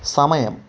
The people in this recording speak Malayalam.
സമയം